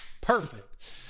Perfect